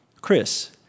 Chris